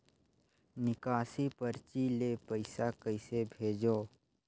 निकासी परची ले पईसा कइसे भेजों?